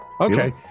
Okay